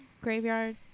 graveyard